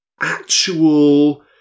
actual